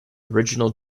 original